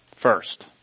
first